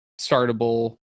startable